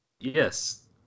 yes